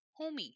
homie